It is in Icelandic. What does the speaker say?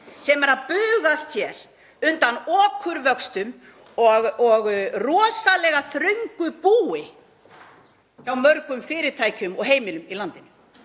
sem er að bugast hér undan okurvöxtum og rosalega þröngu búi hjá mörgum fyrirtækjum og heimilum í landinu?